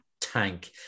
tank